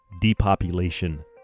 depopulation